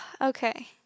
okay